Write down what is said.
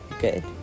good